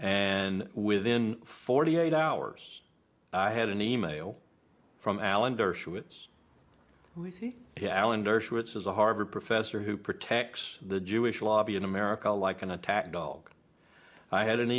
and within forty eight hours i had an email from alan dershowitz wheezy alan dershowitz is a harvard professor who protects the jewish lobby in america like an attack dog i had an